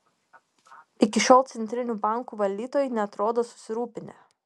iki šiol centrinių bankų valdytojai neatrodo susirūpinę